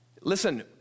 Listen